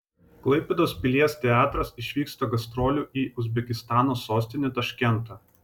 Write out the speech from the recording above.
klaipėdos pilies teatras išvyksta gastrolių į uzbekistano sostinę taškentą